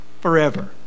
forever